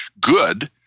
good